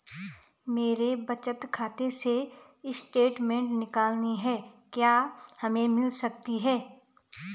मेरे बचत खाते से स्टेटमेंट निकालनी है क्या हमें मिल सकती है?